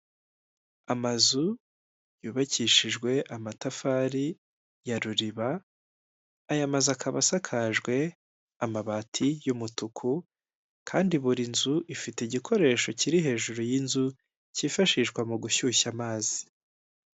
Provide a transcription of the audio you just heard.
Amazu yubakishijwe amatafari ya ruriba, aya mazu akaba asakajwe amabati y'umutuku, kandi buri nzu ifite igikoresho kiri hejuru y'inzu, cyifashishwa mu gushyushya amazi.